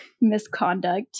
misconduct